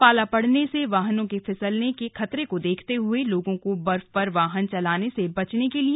पाला पड़ने से वाहनों के फिसलने के खतरे को देखते हुए लोगों को बर्फ पर वाहन चलाने से बचने के लिए भी कहा गया है